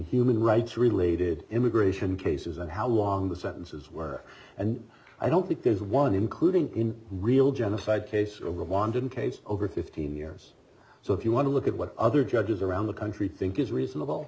human rights related immigration cases and how long the sentences were and i don't think there's one including in real genocide case or rwandan case over fifteen years so if you want to look at what other judges around the country think is reasonable